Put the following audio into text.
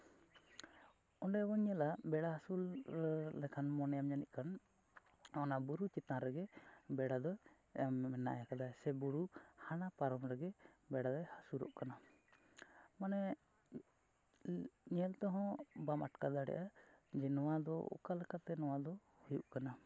ᱚᱸᱰᱮ ᱵᱚᱱ ᱧᱮᱞᱟ ᱵᱮᱲᱟ ᱦᱟᱹᱥᱩᱨ ᱞᱮᱠᱷᱟᱱ ᱢᱚᱱᱮᱭᱟᱢ ᱡᱟᱹᱱᱤᱡ ᱠᱷᱟᱱ ᱚᱱᱟ ᱵᱩᱨᱩ ᱪᱮᱛᱟᱱ ᱨᱮᱜᱮ ᱵᱮᱲᱟ ᱫᱚ ᱮᱢ ᱢᱮᱱᱟᱭ ᱠᱟᱫᱮᱭᱟ ᱥᱮ ᱵᱩᱨᱩ ᱦᱟᱱᱟ ᱯᱟᱨᱚᱢ ᱨᱮᱜᱮ ᱵᱮᱲᱟ ᱫᱚᱭ ᱦᱟᱹᱥᱩᱨᱚᱜ ᱠᱟᱱᱟ ᱢᱟᱱᱮ ᱧᱮᱞ ᱛᱮᱦᱚᱸ ᱵᱟᱢ ᱟᱴᱠᱟᱨ ᱫᱟᱲᱮᱭᱟᱜᱼᱟ ᱡᱮ ᱱᱚᱣᱟ ᱫᱚ ᱚᱠᱟᱞᱮᱠᱟ ᱛᱮ ᱱᱚᱣᱟ ᱫᱚ ᱦᱩᱭᱩᱜ ᱠᱟᱱᱟ